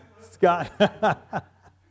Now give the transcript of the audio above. Scott